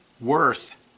worth